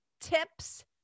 Tips